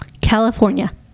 California